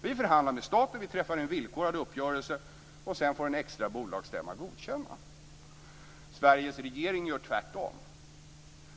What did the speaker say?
Vi förhandlar med staten, vi träffar en villkorad uppgörelse, och sedan får en extra bolagsstämma godkänna. Sveriges regering gör tvärtom.